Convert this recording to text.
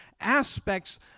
aspects